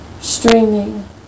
streaming